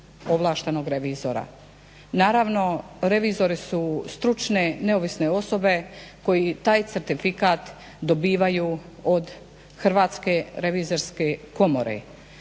ovlaštenog revizora. Naravno revizori su stručne neovisne osobe koje taj certifikat dobivaju od Hrvatske revizorske komore.